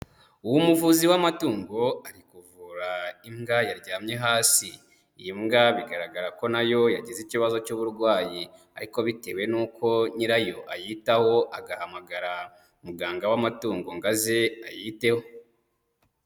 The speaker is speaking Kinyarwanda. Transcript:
Umuvuzi w'amatungo, ari kuvura imbwa yaryamye hasi. Iyi mbwa bigaragara ko na yo yagize ikibazo cy'uburwayi, ariko bitewe nuko nyirayo ayitaho, agahamagara muganga w'amatungo ngo aze ayiteho.